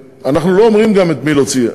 אנחנו לא אומרים גם את מי להוציא.